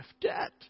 debt